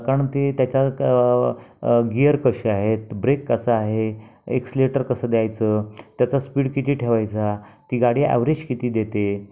कारण ते त्याच्या गियर कसे आहेत ब्रेक कसा आहे एक्सेलेटर कसं द्यायचं त्याचा स्पीड किती ठेवायचा ती गाडी ॲव्हरेज किती देते